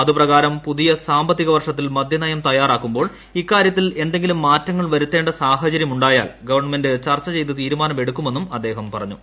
അതുപ്രകാരം പുതിയ സാമ്പത്തികവർഷത്തിൽ മദ്യനയം തയ്യാറാക്കുമ്പോൾ ഇക്കാര്യത്തിൽ ഏതെങ്കിലും മാറ്റങ്ങൾ വരുത്തേണ്ട സാഹചര്യമുണ്ടായാൽ ഗവൺമെന്റ് ചർച്ച ചെയ്ത് തീരുമാനമെടുക്കുമെന്നും അദ്ദേഹം പറഞ്ഞു